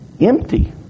empty